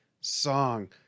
song